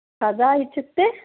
कदा इत्युक्ते